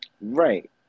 Right